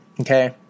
okay